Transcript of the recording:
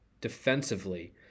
defensively